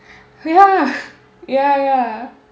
ya ya ya